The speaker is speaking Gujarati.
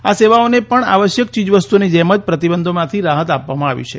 આ સેવાઓને પણ આવશ્યક ચીજવસ્તુઓની જેમ જ પ્રતિબંધોમાંથી રાહત આપવામાં આવી છે